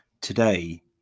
today